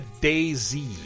Daisy